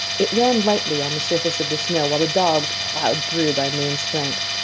it ran lightly on the surface of the snow, while the dogs ploughed through by main strength.